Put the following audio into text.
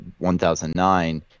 1009